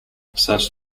such